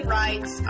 rights